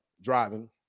driving